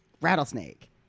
rattlesnake